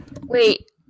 wait